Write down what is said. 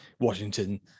washington